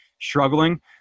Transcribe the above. struggling